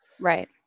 Right